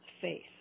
faith